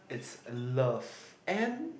it's love and